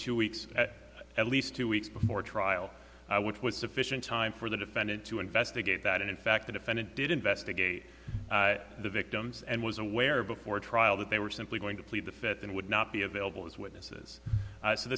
two weeks at at least two weeks before trial which was sufficient time for the defendant to investigate that in fact the defendant did investigate the victims and was aware before a trial that they were simply going to plead the fifth and would not be available as witnesses